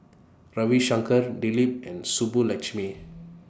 Ravi Shankar Dilip and Subbulakshmi